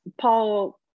Paul